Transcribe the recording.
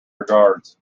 regards